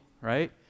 right